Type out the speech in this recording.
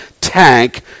tank